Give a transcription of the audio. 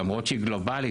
למרות שהיא גלובלית,